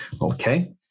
Okay